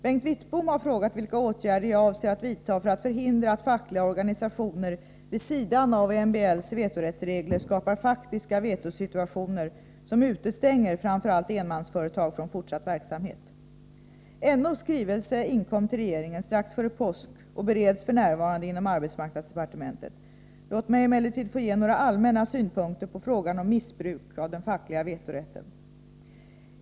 Bengt Wittbom har frågat vilka åtgärder jag avser att vidta för att förhindra att fackliga organisationer vid sidan av MBL:s vetorättsregler skapar faktiska vetosituationer som utestänger framför allt enmansföretag från fortsatt verksamhet. NO:s skrivelse inkom till regeringen strax före påsk och bereds f. n. inom arbetsmarknadsdepartementet. Låt mig emellertid ge några allmänna synpunkter på frågan om missbruk av den fackliga vetorätten.